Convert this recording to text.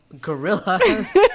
gorillas